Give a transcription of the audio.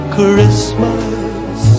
Christmas